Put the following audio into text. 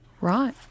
Right